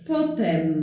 Potem